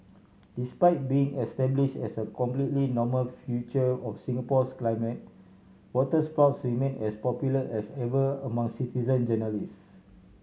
despite being establish as a completely normal feature of Singapore's climate waterspouts remain as popular as ever among citizen journalists